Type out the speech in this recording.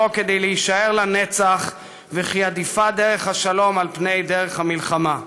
כדי להישאר לנצח וכי עדיפה דרך השלום מאשר דרך המלחמה.